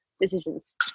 decisions